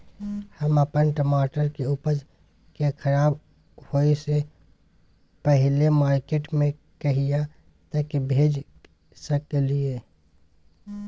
हम अपन टमाटर के उपज के खराब होय से पहिले मार्केट में कहिया तक भेज सकलिए?